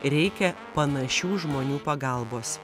reikia panašių žmonių pagalbos